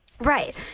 Right